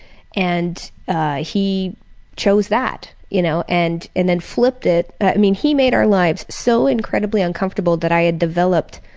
and he chose that. you know, and and then flipped it. i mean, he made our lives so incredibly uncomfortable that i had developed